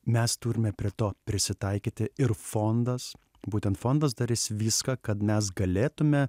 mes turime prie to prisitaikyti ir fondas būtent fondas darys viską kad mes galėtume